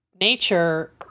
nature